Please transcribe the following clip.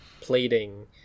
plating